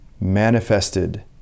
manifested